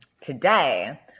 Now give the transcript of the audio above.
today